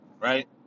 right